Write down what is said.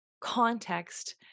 context